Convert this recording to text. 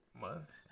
months